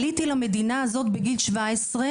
עליתי למדינה הזאת בגיל 17,